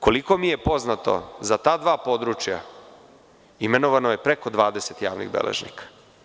Koliko mi je poznato, za ta dva područja imenovano je preko 20 javnih beležnika.